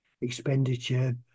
expenditure